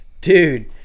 Dude